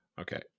Okay